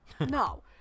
No